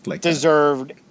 deserved